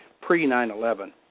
pre-9-11